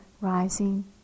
rising